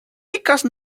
because